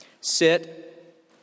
Sit